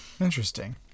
Interesting